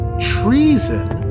Treason